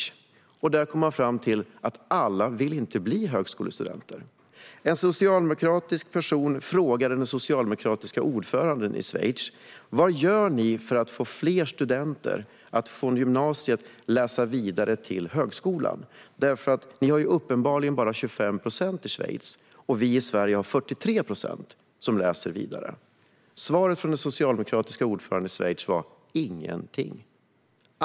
I Schweiz har man kommit fram till att alla inte vill bli högskolestudenter. En socialdemokratisk person frågade den socialdemokratiska ordföranden i Schweiz vad de gör för att få fler studenter att efter gymnasiet läsa vidare på högskolan. Det är uppenbarligen bara 25 procent som läser vidare i Schweiz, och i Sverige är det 43 procent som läser vidare. Svaret från den socialdemokratiske ordföranden i Schweiz var: Ingenting.